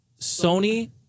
Sony